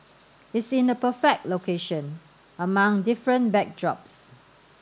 it's in the perfect location among different backdrops